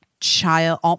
child